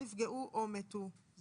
שנפגעו או מתו.